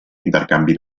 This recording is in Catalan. intercanvi